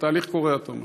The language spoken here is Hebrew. התהליך קורה, אתה אומר.